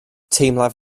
teimlaf